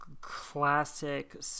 classic